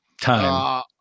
Time